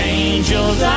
angels